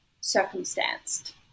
circumstanced